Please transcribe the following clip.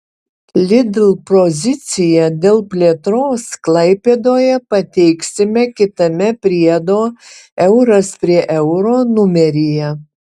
lidl poziciją dėl plėtros klaipėdoje pateiksime kitame priedo euras prie euro numeryje